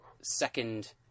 second